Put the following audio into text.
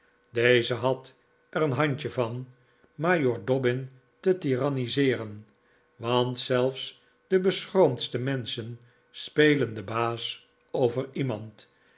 deze had er een handje van majoor dobbin te tiranniseeren want zelfs de beschroomdste menschen spelen den baas over iemand